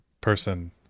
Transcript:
person